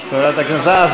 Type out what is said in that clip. חברת הכנסת זנדברג.